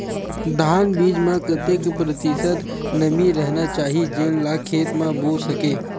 धान बीज म कतेक प्रतिशत नमी रहना चाही जेन ला खेत म बो सके?